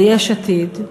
ביש עתיד,